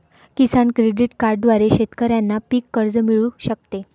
किसान credit कार्डद्वारे शेतकऱ्यांना पीक कर्ज मिळू शकते